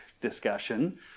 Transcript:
discussion